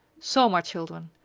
so, my children,